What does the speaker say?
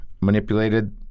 manipulated